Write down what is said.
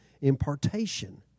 impartation